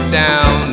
down